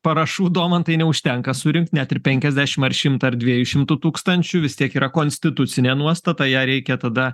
parašų domantai neužtenka surinkt net ir penkiasdešim ar šimtą ar dviejų šimtų tūkstančių vis tiek yra konstitucinė nuostata ją reikia tada